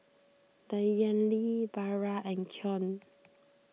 Danyelle Vara and Keon